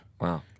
Wow